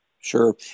Sure